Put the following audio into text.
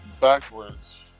backwards